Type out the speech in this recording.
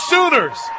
Sooners